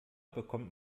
bekommt